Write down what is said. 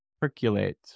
percolate